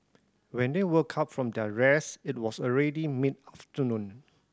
when they woke up from their rest it was already mid afternoon